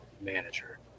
manager